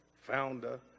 founder